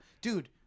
Dude